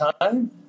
time